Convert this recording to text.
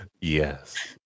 Yes